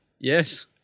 Yes